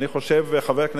חבר הכנסת אורלב,